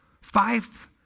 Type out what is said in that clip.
five